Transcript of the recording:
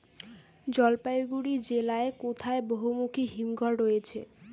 জলপাইগুড়ি জেলায় কোথায় বহুমুখী হিমঘর রয়েছে?